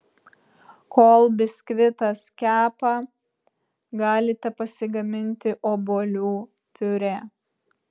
kol biskvitas kepa galite pasigaminti obuolių piurė